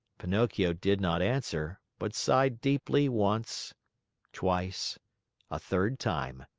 pinocchio did not answer, but sighed deeply once twice a third time.